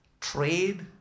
trade